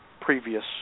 previous